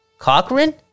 Cochrane